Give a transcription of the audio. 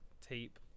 tape